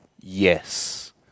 Yes